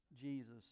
Jesus